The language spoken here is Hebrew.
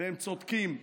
והם צודקים.